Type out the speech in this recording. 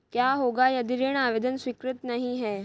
क्या होगा यदि ऋण आवेदन स्वीकृत नहीं है?